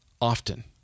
often